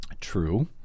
True